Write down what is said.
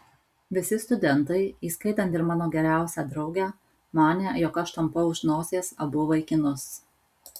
visi studentai įskaitant ir mano geriausią draugę manė jog aš tampau už nosies abu vaikinus